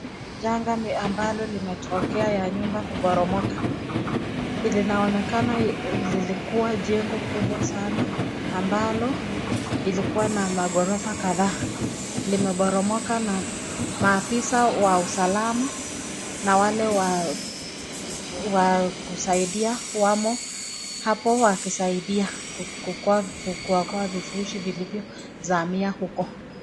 Hii ni janga ambayo imetokea ya nyumba kuporomoka , linaonekana lilikua jengo kubwa sana ,ambalo lilikua na maghorofa kadhaa lililoporomoka na maafisa wa usalama na wale wa kusaiodia wamo hapo wakisaidia kuokoa vifushi vilivyo zamia huko.